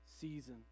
season